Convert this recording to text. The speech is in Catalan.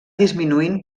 disminuint